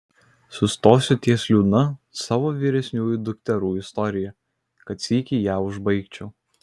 sustosiu ties liūdna savo vyresniųjų dukterų istorija kad sykį ją užbaigčiau